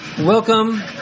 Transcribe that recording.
welcome